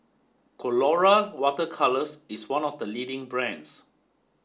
Colora Water Colours is one of the leading brands